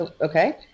Okay